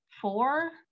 four